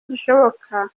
gishoboka